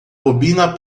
bobina